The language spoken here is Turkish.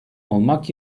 olmak